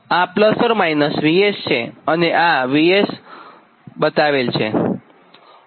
આ VS છેઆ VS છે